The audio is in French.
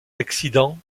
l’accident